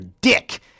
Dick